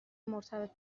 مرتبط